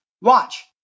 Watch